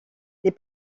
les